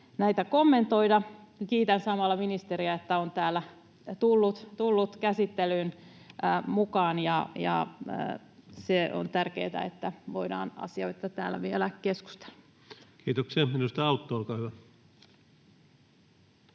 näitä kommentoida. Kiitän samalla ministeriä, että on tullut käsittelyyn mukaan. Se on tärkeätä, jotta voidaan asioista täällä vielä keskustella. [Speech 96] Speaker: